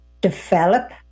develop